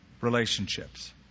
Relationships